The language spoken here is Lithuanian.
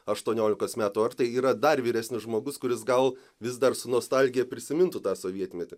aštuoniolikos metų ar tai yra dar vyresnis žmogus kuris gal vis dar su nostalgija prisimintų tą sovietmetį